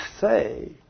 say